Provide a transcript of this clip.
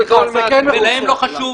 -- ולהם לא חשוב,